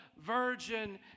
virgin